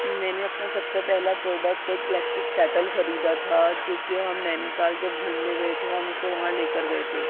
میں نے اپنا سب سے پہلا پروڈکٹ ایک الیکٹرک کیٹل خریدا تھا جوکہ ہم نینی تال جب گھومنے گئے تھے ہم اسے وہاں لے کر گئے تھے